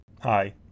Hi